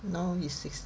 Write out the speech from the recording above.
now is six~